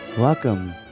Welcome